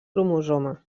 cromosoma